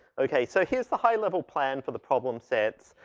okay. so here's the high level plan for the problem sets.